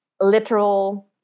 literal